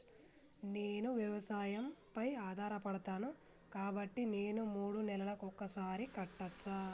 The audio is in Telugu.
నేను వ్యవసాయం పై ఆధారపడతాను కాబట్టి నేను మూడు నెలలకు ఒక్కసారి కట్టచ్చా?